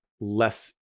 less